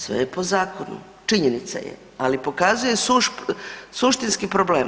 Sve je po zakonu, činjenica je ali pokazuje suštinski problem.